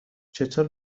چطور